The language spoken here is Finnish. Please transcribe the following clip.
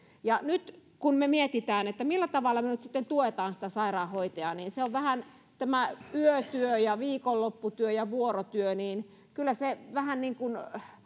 nyt kun mietimme millä tavalla me nyt sitten tuemme sitä sairaanhoitajaa niin kyllä tämä yötyö ja viikonlopputyö ja vuorotyö vähän niin kuin